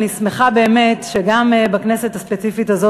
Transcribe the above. אני שמחה באמת שגם בכנסת הספציפית הזו,